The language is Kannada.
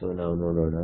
ಸೋ ನಾವು ನೋಡೋಣ